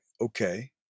okay